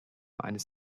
eines